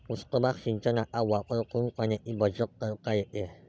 पृष्ठभाग सिंचनाचा वापर करून पाण्याची बचत करता येते